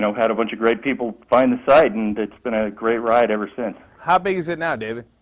had a bunch of great people find the site, and it's been a great ride ever since. how big is it now, david?